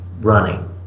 running